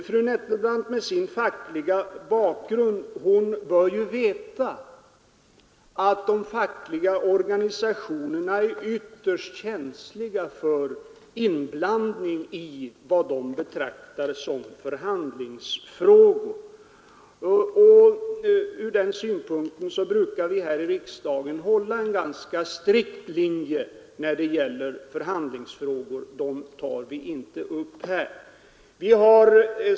Fru Nettelbrandt bör med sin fackliga bakgrund veta att de fackliga organisationerna är ytterst känsliga för inblandning i vad de betraktar som förhandlingsfrågor. Därför brukar vi här i riksdagen hålla en ganska strikt linje när det gäller förhandlingsfrågor — dem tar vi inte upp här.